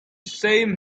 same